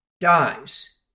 dies